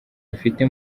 afite